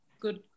Good